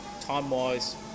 time-wise